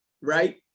right